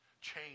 Change